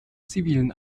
zivilen